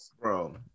Bro